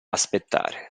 aspettare